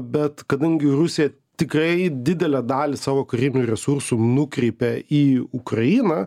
bet kadangi rusija tikrai didelę dalį savo karinių resursų nukreipė į ukrainą